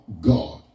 God